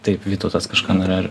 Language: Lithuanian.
taip vytautas kažką norėjo